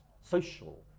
social